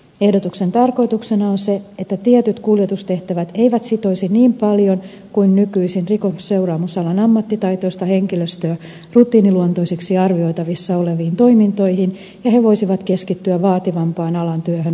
ehdotuksen tarkoituksena on se että tietyt kuljetustehtävät eivät sitoisi niin paljon kuin nykyisin rikosseuraamusalan ammattitaitoista henkilöstöä rutiiniluontoisiksi arvioitavissa oleviin toimintoihin ja he voisivat keskittyä vaativampaan alan työhön vankiloissa